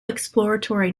exploratory